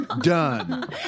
Done